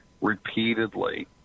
repeatedly